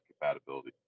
compatibility